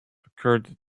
occured